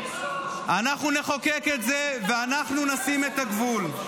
אנחנו נחוקק את זה ואנחנו נשים את הגבול.